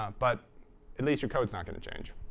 um but at least your code's not going to change.